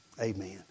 amen